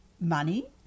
Money